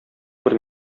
бер